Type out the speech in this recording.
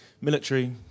military